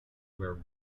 where